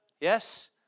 Yes